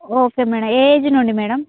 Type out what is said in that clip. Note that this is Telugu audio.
ఓకే మేడం ఏ ఏజ్ నుండి మేడం